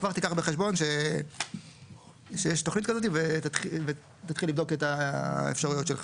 כבר תיקח בחשבון שיש תוכנית כזאת ותתחיל לבדוק את האפשרויות שלך.